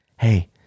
Hey